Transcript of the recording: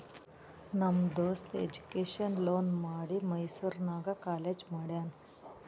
ನಮ್ ದೋಸ್ತ education loan ಮಾಡಿ ಮೈಸೂರು ನಾಗ್ ಕಾಲೇಜ್ ಮಾಡ್ಯಾನ್